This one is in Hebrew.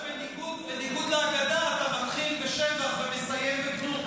רק שבניגוד להגדה, אתה מתחיל בשבח ומסיים בגנות.